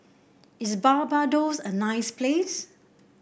is Barbados a nice place